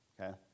okay